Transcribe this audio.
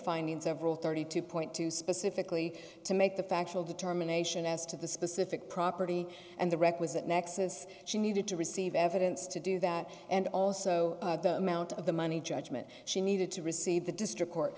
findings several thirty two dollars specifically to make the factual determination as to the specific property and the requisite nexus she needed to receive evidence to do that and also the amount of the money judgment she needed to receive the district court